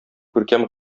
күркәм